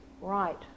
right